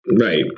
Right